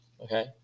Okay